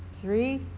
Three